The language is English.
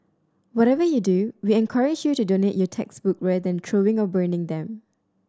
whatever you do we encourage you to donate your textbook rather than throwing or burning them